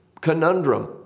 conundrum